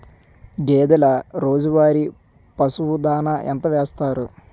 గేదెల రోజువారి పశువు దాణాఎంత వేస్తారు?